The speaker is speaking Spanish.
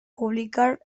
publicar